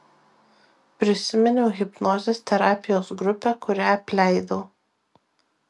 prisiminiau hipnozės terapijos grupę kurią apleidau